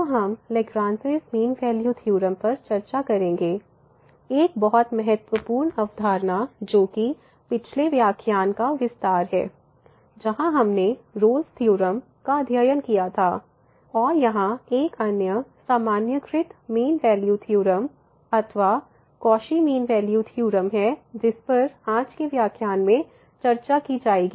तो हम Lagrange mean value theorem पर चर्चा करेंगे एक बहुत महत्वपूर्ण अवधारणा जोकि पिछले व्याख्यान का विस्तार है जहां हमने रोल्स थ्योरम Rolle's theorem का अध्ययन किया था और यहाँ एक अन्य सामान्यीकृत मीन वैल्यू थ्योरम अथवा कौशी मीन वैल्यू थ्योरम है जिस पर आज के व्याख्यान में चर्चा की जाएगी